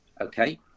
Okay